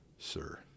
Sir